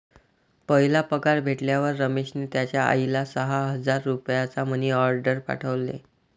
पहिला पगार भेटल्यावर रमेशने त्याचा आईला सहा हजार रुपयांचा मनी ओर्डेर पाठवले